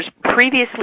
previously